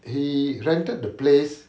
he rented the place